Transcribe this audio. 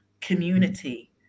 community